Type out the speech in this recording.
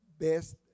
best